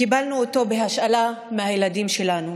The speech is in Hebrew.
קיבלנו אותו בהשאלה מהילדים שלנו.